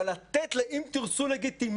אבל לתת לה לגיטימציה,